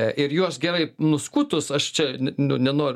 e ir juos gerai nuskutus aš čia n nu nenor